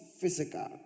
physical